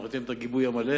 אנחנו נותנים את הגיבוי המלא.